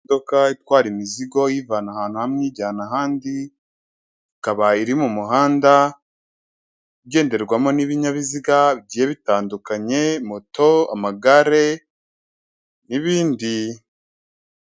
Imodoka itwara imizigo iyivana ahantu hamwe iyijyana ahandi, ikaba iri mu muhanda, ugenderwamo n'ibinyabiziga bigiye bitandukanye moto, amagare n'ibindi.